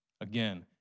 Again